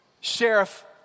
Sheriff